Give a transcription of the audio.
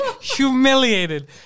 humiliated